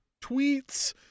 tweets